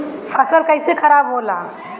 फसल कैसे खाराब होला?